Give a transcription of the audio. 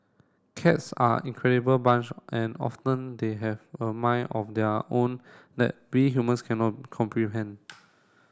cats are incredible bunch and often they have a mind of their own that we humans can not comprehend